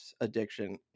addiction